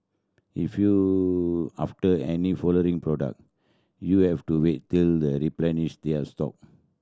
if you after any following product you'll have to wait till they replenish their stock